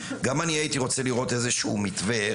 גם אני הייתי רוצה לראות איזשהו מתווה,